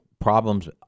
Problems